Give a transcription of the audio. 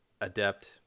adept